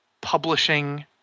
publishing